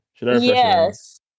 Yes